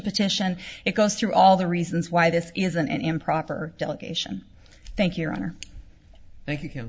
petition it goes through all the reasons why this is an improper delegation thank your honor thank you